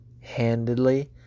handedly